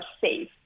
safe